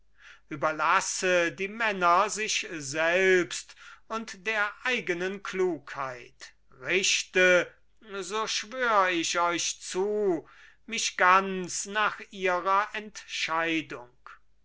überlasse die männer sich selbst und der eigenen klugheit richte so schwör ich euch zu mich ganz nach ihrer entscheidung